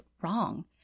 wrong